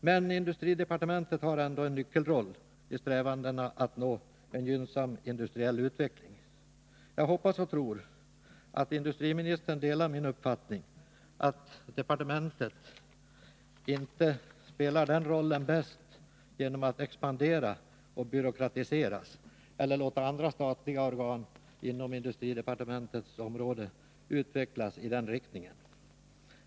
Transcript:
Men industridepartementet har ändå en nyckelroll i strävandena att nå en gynnsam industriell utveckling. Jag hoppas och tror att industriministern delar min uppfattning, att departementet inte spelar den rollen bäst genom att expandera och byråkratiseras eller låta andra statliga organ inom industridepartementets verksamhetsområde utvecklas i den riktningen.